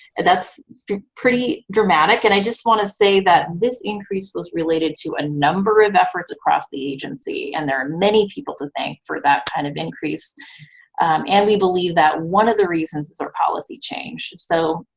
and that's pretty dramatic. and i just want to say that this increase was related to a number of efforts across the agency, and there are many people to thank for that kind of increase and we believe that one of the reasons is our policy change. so,